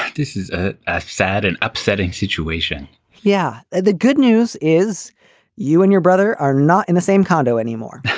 this is a sad and upsetting situation yeah. the good news is you and your brother are not in the same condo anymore.